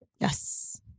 Yes